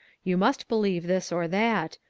you must believe this or that,